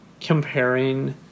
comparing